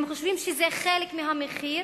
הם חושבים שזה חלק מהמחיר